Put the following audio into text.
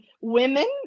women